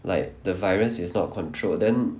like the virus is not controlled then